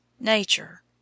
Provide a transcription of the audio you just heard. nature